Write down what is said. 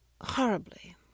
horribly